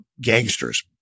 gangsters